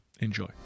Enjoy